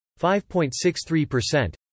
5.63%